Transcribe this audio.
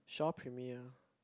Shaw Premiere